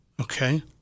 Okay